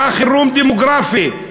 בא חירום דמוגרפי.